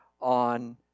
on